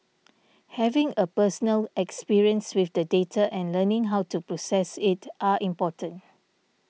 having a personal experience with the data and learning how to process it are important